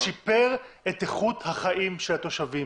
זה שיפר את איכות החיים של התושבים.